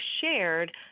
shared